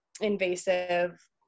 invasive